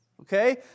okay